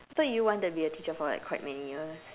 I thought you wanted to be a teacher for like quite many years